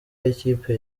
w’ikipe